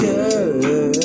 Girl